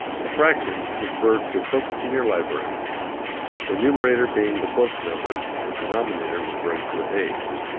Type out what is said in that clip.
the fractions refer to books in your library the numerator being the book-number, the denominator referring to the page.